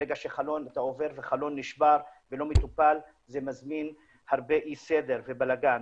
ברגע שאתה עובר וחלון נשבר ולא מטופל זה מזמין הרבה אי סדר ובלגן.